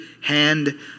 hand